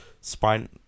Spine